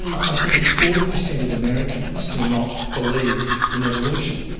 i think it's forty percent of americans do not believe in evolution.